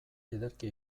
ederki